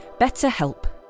BetterHelp